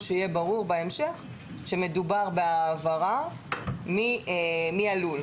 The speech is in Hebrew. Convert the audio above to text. שיהיה ברור בהמשך שמדובר בהעברה מהלול,